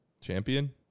Champion